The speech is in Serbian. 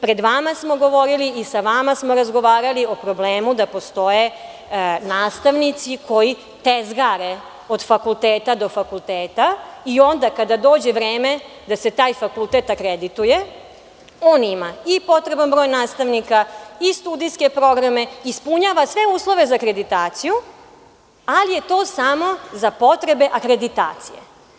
Pred vama smo govorili i sa vama smo razgovarali o problemu da postoje nastavnici koji tezgare od fakulteta do fakulteta i onda kada dođe vreme da se taj fakultet akredituje, on ima i potreban broj nastavnika i studijske programe, ispunjava sve uslove za akreditaciju, ali je to samo za potrebe akreditacije.